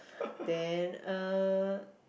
then uh